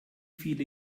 viele